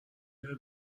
میره